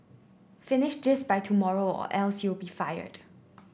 finish this by tomorrow or else you'll be fired